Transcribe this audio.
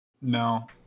No